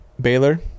Baylor